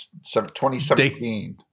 2017-